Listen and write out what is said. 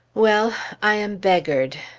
well! i am beggared!